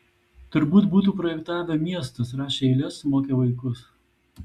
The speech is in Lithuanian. turbūt būtų projektavę miestus rašę eiles mokę vaikus